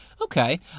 Okay